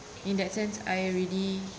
in that sense I already